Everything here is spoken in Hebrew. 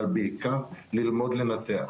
אבל בעיקר ללמוד לנתח.